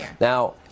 now